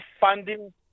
funding